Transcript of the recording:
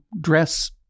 dress